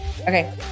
Okay